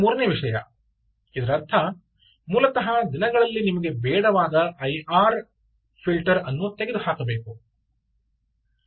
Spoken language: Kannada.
ಇನ್ನು ಮೂರನೆಯ ವಿಷಯ ಇದರರ್ಥ ಮೂಲತಃ ದಿನದಲ್ಲಿ ನಿಮಗೆ ಬೇಡವಾದ ಐಆರ್ ಫಿಲ್ಟರ್ ಅನ್ನು ತೆಗೆದುಹಾಕಬೇಕು